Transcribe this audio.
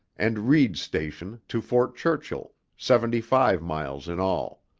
and reed's station to fort churchill, seventy-five miles in all.